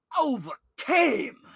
overcame